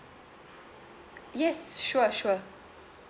yes sure sure